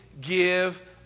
give